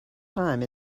time